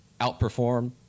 outperform